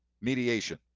mediation